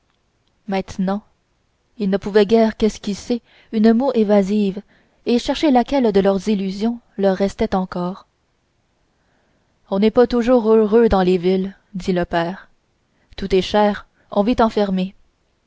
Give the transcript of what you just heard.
maintenant ils ne pouvaient guère qu'esquisser une moue évasive et chercher laquelle de leurs illusions leur restait encore on n'est pas toujours heureux dans les villes dit le père tout est cher on vit enfermé